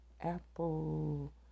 Apple